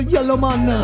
Yellowman